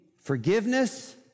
forgiveness